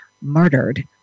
murdered